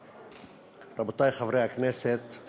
רבותי חברי הכנסת,